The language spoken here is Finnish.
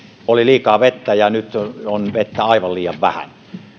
oli liikaa vettä ja nyt on vettä aivan liian vähän